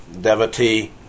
devotee